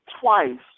twice